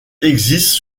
existent